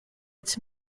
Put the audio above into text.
its